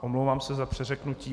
Omlouvám se za přeřeknutí.